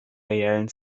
reellen